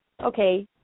Okay